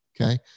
Okay